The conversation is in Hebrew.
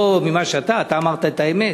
לא ממה שאתה, אתה אמרת את האמת.